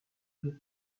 bug